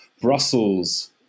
Brussels